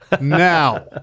now